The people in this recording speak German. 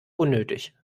unnötig